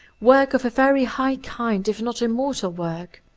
work of a very high kind, if not immortal work.